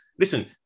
listen